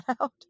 out